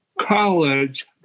college